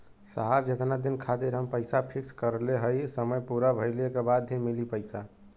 साहब जेतना दिन खातिर हम पैसा फिक्स करले हई समय पूरा भइले के बाद ही मिली पैसा?